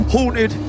Haunted